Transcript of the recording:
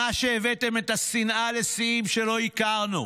זו שנה שבה הבאתם את השנאה לשיאים שלא הכרנו: